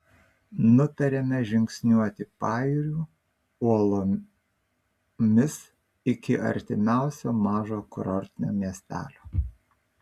nutarėme žingsniuoti pajūriu uolomis iki artimiausio mažo kurortinio miestelio